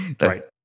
right